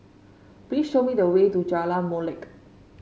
please show me the way to Jalan Molek